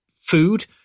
food